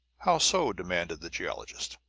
how so? demanded the geologist.